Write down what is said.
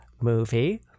movie